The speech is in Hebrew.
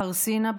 החרסינה,